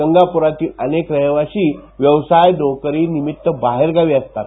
गंगापुरातले अनेक रहीवाशी व्यवसाय नोकरी निमित्त बाहेर गावी सतात